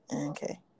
Okay